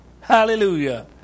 hallelujah